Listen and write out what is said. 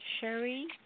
Sherry